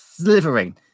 slivering